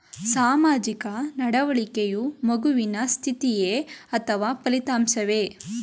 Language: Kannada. ಸಾಮಾಜಿಕ ನಡವಳಿಕೆಯು ಮಗುವಿನ ಸ್ಥಿತಿಯೇ ಅಥವಾ ಫಲಿತಾಂಶವೇ?